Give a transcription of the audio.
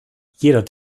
jeder